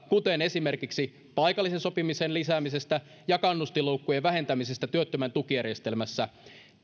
kuten esimerkiksi paikallisen sopimisen lisäämisestä ja kannustinloukkujen vähentämisestä työttömän tukijärjestelmässä